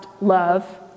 love